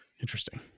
Interesting